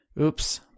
Oops